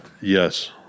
Yes